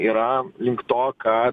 yra link to kad